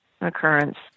occurrence